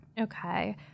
Okay